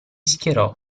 schierò